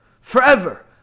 forever